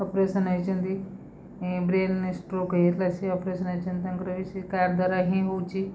operation ହେଇଛନ୍ତି brain stroke ହେଇଥିଲା ସେ ଅପରେସନ ହେଇଛନ୍ତି ତାଙ୍କର ବି ସେ କାର୍ଡ଼ ଦ୍ୱାରା ହିଁ ହଉଛ